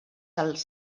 als